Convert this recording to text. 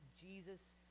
Jesus